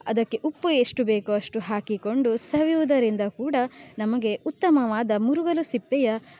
ಅದಕ್ಕೆ ಉಪ್ಪು ಎಷ್ಟು ಬೇಕೋ ಅಷ್ಟು ಹಾಕಿಕೊಂಡು ಸವಿಯುವುದರಿಂದ ಕೂಡ ನಮಗೆ ಉತ್ತಮವಾದ ಮುರುಗಲು ಸಿಪ್ಪೆಯ